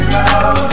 love